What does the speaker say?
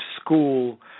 school